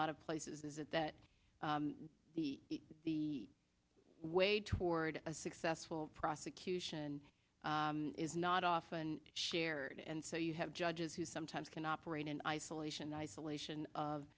lot of places is it that the the way toward a successful prosecution is not often shared and so you have judges who sometimes can operate in isolation isolation of